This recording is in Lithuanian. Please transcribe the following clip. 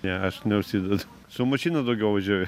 ne aš neužsidedu su mašina daugiau važiuoju